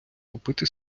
купити